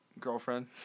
girlfriend